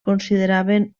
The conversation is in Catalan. consideraven